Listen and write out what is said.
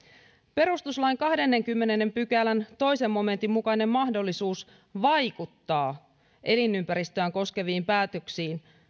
perustuslain kahdennenkymmenennen pykälän toisen momentin mukainen mahdollisuus vaikuttaa elinympäristöä koskeviin päätöksiin